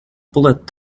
bullet